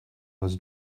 was